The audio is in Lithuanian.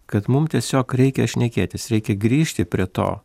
kad mum tiesiog reikia šnekėtis reikia grįžti prie to